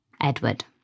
Edward